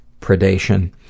predation